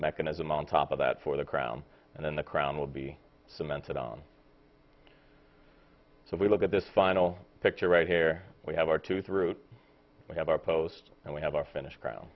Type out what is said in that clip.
mechanism on top of that for the crown and then the crown will be cemented on so we look at this final picture right here we have our tooth root we have our post and we have our finished crown